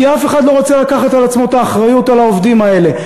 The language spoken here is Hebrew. כי אף אחד לא רוצה לקחת על עצמו את האחריות על העובדים האלה.